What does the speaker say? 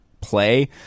play